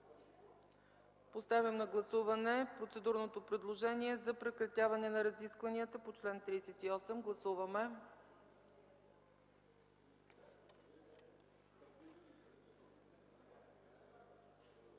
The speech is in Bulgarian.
Поставям на гласуване процедурното предложение за прекратяване на разискванията по чл. 38. Гласуваме.